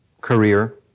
career